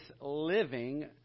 living